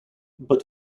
but